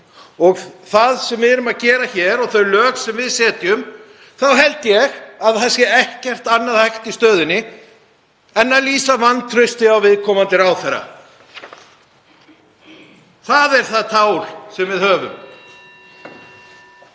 og því sem við erum að gera hér og þeim lögum sem við setjum þá held ég að það sé ekkert annað hægt í stöðunni en að lýsa vantrausti á viðkomandi ráðherra. Það er það tál sem við höfum.